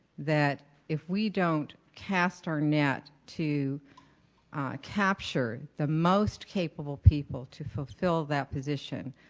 that if we don't cast our net to capture the most capable people to fulfill that position,